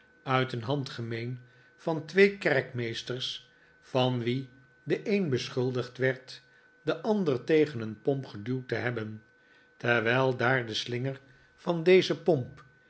uit een handgemeen van twee kerkmeesters van wie de een beschuldigd werd den ander tegen een pomp geduwd te hebben terwijl daar de slinger van deze pomp